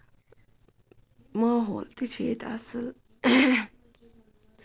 ماحول تہِ چھُ ییٚتہِ اَصٕل